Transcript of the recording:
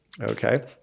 Okay